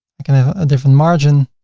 i can have a different margin.